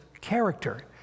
character